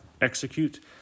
execute